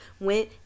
went